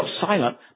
silent